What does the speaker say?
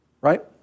right